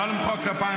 לא למחוא כפיים.